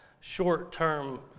short-term